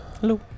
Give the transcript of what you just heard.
Hello